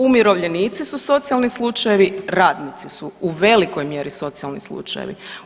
Umirovljenici su socijalni slučajevi, radnici su u velikoj mjeri socijalni slučajevi.